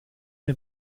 mir